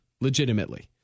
legitimately